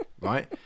right